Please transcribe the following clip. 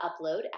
upload